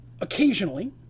occasionally